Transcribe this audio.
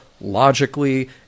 logically